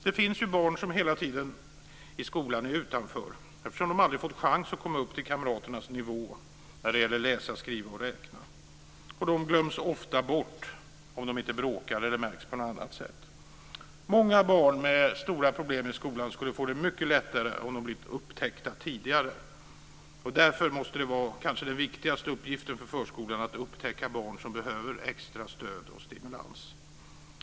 Det finns barn som hela tiden är utanför i skolan eftersom de aldrig fått en chans att komma upp till kamraternas nivå när det gäller att läsa, skriva och räkna. De glöms ofta bort, om de inte bråkar eller märks på något annat sätt. Många barn med stora problem i skolan skulle få det mycket lättare om de hade blivit upptäckta tidigare. Därför måste den kanske viktigaste uppgiften för förskolan vara att upptäcka barn som behöver extra stöd och stimulans.